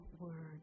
word